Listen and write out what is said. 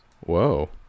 Whoa